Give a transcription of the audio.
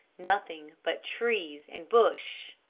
nothing but trees and bush,